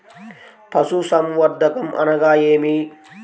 పశుసంవర్ధకం అనగా ఏమి?